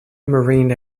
marine